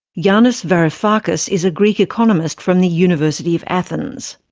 yanis varoufakis is a greek economist from the university of athens.